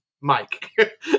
Mike